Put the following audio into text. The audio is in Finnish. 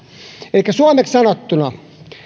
elikkä suomeksi sanottuna